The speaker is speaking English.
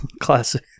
Classic